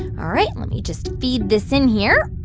all right, let me just feed this in here.